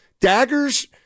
Daggers